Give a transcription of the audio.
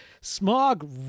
smog